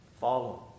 Follow